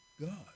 God